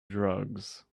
drugs